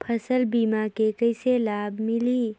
फसल बीमा के कइसे लाभ मिलही?